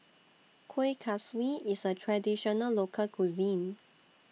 Kueh Kaswi IS A Traditional Local Cuisine